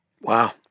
Wow